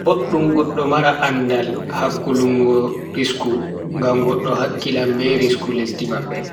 Boduum goddo mara andaal hakkulungo risku, ngam goddo hakkilan be risku leddi mabbe